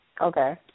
Okay